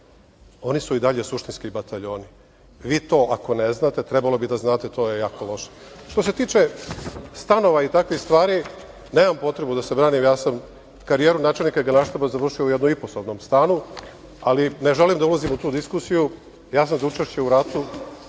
oni su i dalje suštinski bataljoni. Vi to ako ne znate trebalo bi da znate, to je jako loše. Što se tiče stanova i takvih stvari, nemam potrebu da se branim. Ja sam karijeru načelnika Generalštaba završio u jednoiposobnom stanu. Ne želim da ulazim u tu diskusiju. Ja sam za učešće u ratu